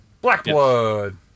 Blackwood